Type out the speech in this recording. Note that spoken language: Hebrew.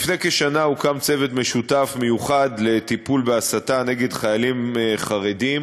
לפני כשנה הוקם צוות משותף מיוחד לטיפול בהסתה נגד חיילים חרדים,